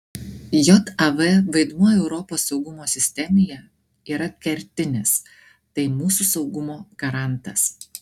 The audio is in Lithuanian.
jav vaidmuo europos saugumo sistemoje yra kertinis tai mūsų saugumo garantas